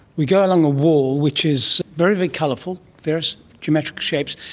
we go along a wall which is very, very colourful, various geometric shapes,